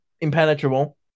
impenetrable